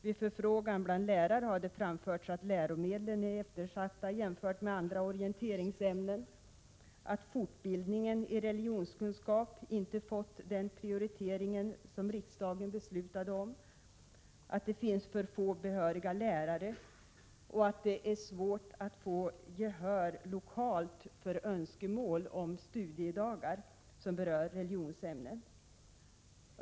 Vid förfrågan bland lärare har det framförts att läromedlen är eftersatta, jämfört med andra orienteringsämnen, att fortbildning i religionskunskap inte fått den prioritering som riksdagen beslutade om, att det finns för få behöriga lärare och att det är svårt att vinna gehör lokalt för önskemål om studiedagar som berör religionsämnet.